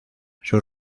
sus